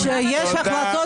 של הביטחון